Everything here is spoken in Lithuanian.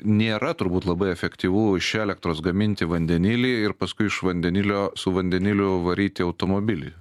nėra turbūt labai efektyvu iš elektros gaminti vandenilį ir paskui iš vandenilio su vandeniliu varyti automobilį